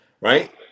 Right